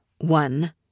one